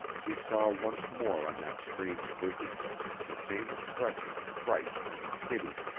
she saw once more on that strange visage the same expression of fright and of pity.